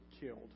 killed